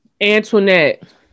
Antoinette